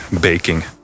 baking